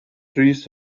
trees